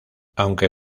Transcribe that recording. aunque